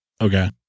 Okay